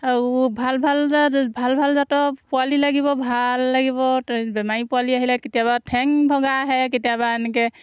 আৰু ভাল ভাল জাত ভাল ভাল জাতৰ পোৱালি লাগিব ভাল লাগিব বেমাৰী পোৱালি আহিলে কেতিয়াবা ঠেং ভগা আহে কেতিয়াবা এনেকৈ